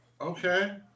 Okay